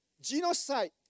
genocide